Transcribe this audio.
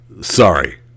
sorry